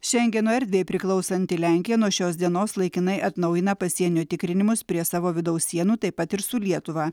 šengeno erdvei priklausanti lenkija nuo šios dienos laikinai atnaujina pasienio tikrinimus prie savo vidaus sienų taip pat ir su lietuva